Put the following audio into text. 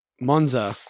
Monza